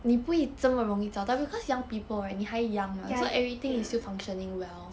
ya ya